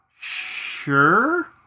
sure